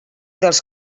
dels